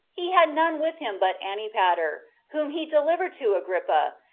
he had none with him but antipater, whom he delivered to agrippa,